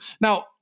Now